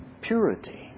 purity